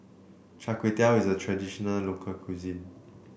Char Kway Teow is a traditional local cuisine